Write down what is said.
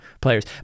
players